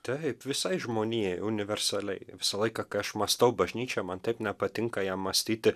taip visai žmonijai universaliai visą laiką kai aš mąstau bažnyčia man taip nepatinka ją mąstyti